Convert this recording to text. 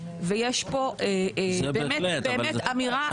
ויש פה באמת באמת אמירה --- זה בהחלט,